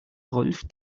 rolf